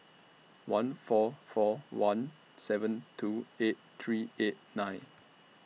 one four four one seven two eight three eight nine